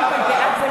היושב-ראש,